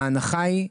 ההנחה היא,